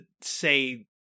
say